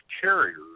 carriers